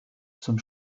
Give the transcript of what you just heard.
zum